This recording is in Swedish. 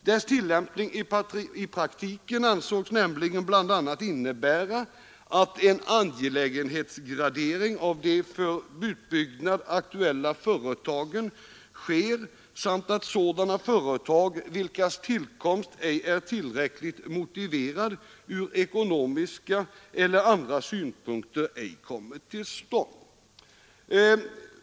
Dess tillämpning i praktiken ansågs bl.a. innebära, att ”en angelägenhetsgradering av de för utbyggnad aktuella företagen sker samt att sådana företag vilkas tillkomst ej är tillräckligt motiverad ur ekonomiska eller andra synpunkter ej kommer till stånd”.